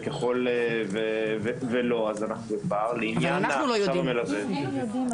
אנחנו לא יודעים.